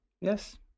Yes